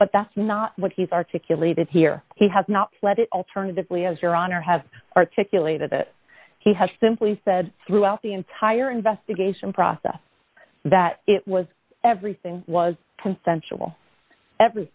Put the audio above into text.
but that's not what he's articulated here he has not let it alternatively as your honor have articulated that he has simply said throughout the entire investigation process that it was everything was consensual ever